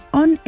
on